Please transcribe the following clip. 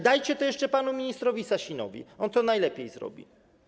Dajcie to jeszcze panu ministrowi Sasinowi, on to najlepiej zrobi.